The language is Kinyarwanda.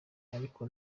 ariko